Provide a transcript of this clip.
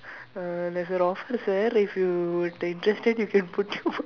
err there is a offer sir if you were to interested you can put through